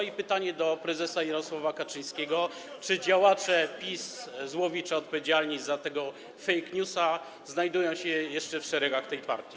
I pytanie do prezesa Jarosława Kaczyńskiego: Czy działacze PiS z Łowicza odpowiedzialni za tego fake newsa znajdują się jeszcze w szeregach tej partii?